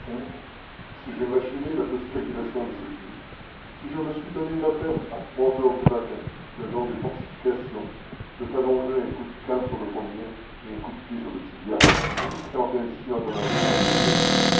si j'ai machiné la petite agression de cette nuit si je me suis donné la peine à trois heures du matin le long des fortifications de t'allonger un coup de canne sur le poignet et un coup de pied sur le tibia risquant ainsi d'endommager mon unique ami